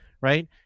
right